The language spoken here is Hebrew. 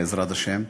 בעזרת השם,